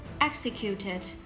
Executed